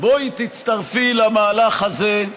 בואי תצטרפי למהלך הזה.